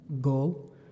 goal